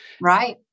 Right